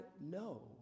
no